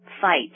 fight